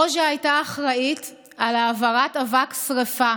רוז'ה הייתה אחראית להעברת אבק השרפה